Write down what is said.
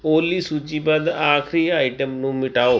ਓਲੀ ਸੂਚੀਬੱਧ ਆਖਰੀ ਆਈਟਮ ਨੂੰ ਮਿਟਾਓ